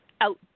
out